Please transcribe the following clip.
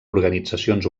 organitzacions